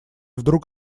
вдруг